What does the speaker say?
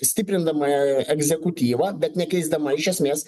stiprindama egzekutyvą bet nekeisdama iš esmės